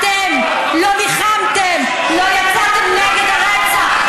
אתם לא ניחמתם, לא יצאתם נגד הרצח.